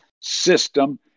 system